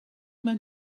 man